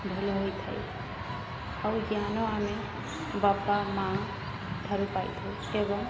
ଭଲ ହୋଇଥାଏ ଆଉ ଜ୍ଞାନ ଆମେ ବାପା ମାଆ ଠାରୁ ପାଇଥାଉ ଏବଂ